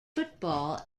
football